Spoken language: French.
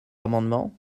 amendement